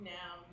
now